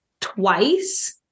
twice